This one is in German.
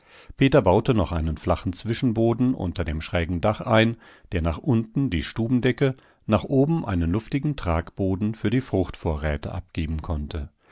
peter baute noch einen flachen zwischenboden unter dem schrägen dach ein der nach unten die stubendecke nach oben einen luftigen tragboden für die fruchtvorräte abgeben konnte